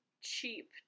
cheap